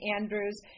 Andrews